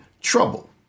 trouble